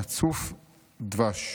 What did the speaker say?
הצוף דב"ש.